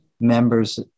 members